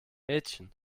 mädchen